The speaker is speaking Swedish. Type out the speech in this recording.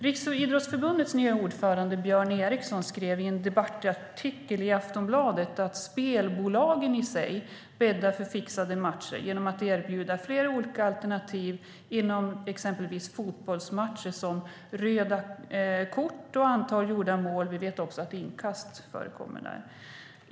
Riksidrottsförbundets nye ordförande Björn Eriksson skrev i en debattartikel i Aftonbladet att spelbolagen i sig bäddar för fixade matcher genom att erbjuda fler olika alternativ inom exempelvis fotbollsmatcher, såsom röda kort och antal gjorda mål. Vi vet också att inkast förekommer där.